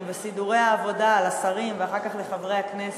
וסידורי העבודה לשרים ואחר כך לחברי הכנסת,